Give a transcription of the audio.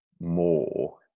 more